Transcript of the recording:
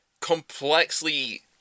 complexly